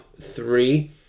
three